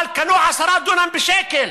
אבל קנו עשרה דונם בשקל.